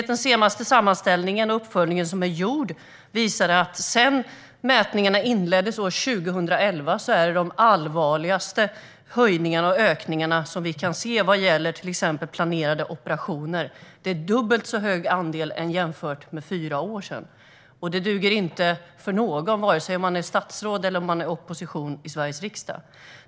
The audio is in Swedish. Den senaste sammanställningen och uppföljningen som är gjord visar att det är de allvarligaste ökningarna som vi kan se sedan mätningarna inleddes år 2011, till exempel när det gäller planerade operationer. Det är en dubbelt så stor andel jämfört med hur det var för fyra år sedan. Det duger inte för någon, vare sig man är statsråd eller oppositionspolitiker i Sveriges riksdag.